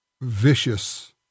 vicious